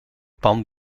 pan